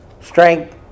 Strength